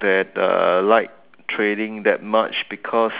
that uh like trading that much because